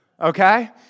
okay